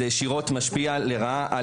זה משפיע לרעה,